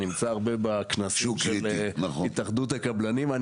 אני נמצא הרבה בכנסים של התאחדות הקבלנים.